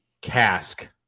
cask